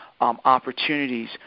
opportunities